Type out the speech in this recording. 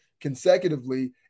consecutively